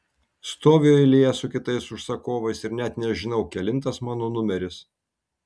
stoviu eilėje su kitais užsakovais ir net nežinau kelintas mano numeris